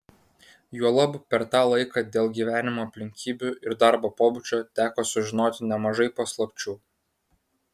juolab per tą laiką dėl gyvenimo aplinkybių ir darbo pobūdžio teko sužinoti nemažai paslapčių